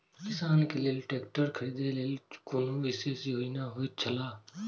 किसान के लेल ट्रैक्टर खरीदे के लेल कुनु विशेष योजना होयत छला?